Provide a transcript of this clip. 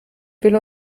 will